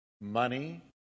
money